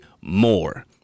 more